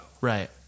Right